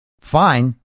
Fine